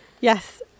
yes